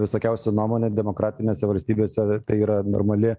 visokiausių nuomonių ir demokratinėse valstybėse tai yra normali